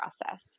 process